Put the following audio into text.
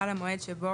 על המועד שבו